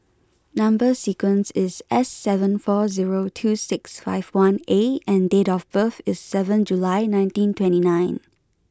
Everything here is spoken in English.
number sequence is S seven four zero two six five one A and date of birth is seven July nineteen twenty nine